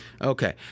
Okay